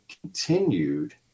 continued